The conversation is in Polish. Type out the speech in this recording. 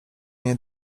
nie